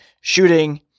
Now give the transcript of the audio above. shooting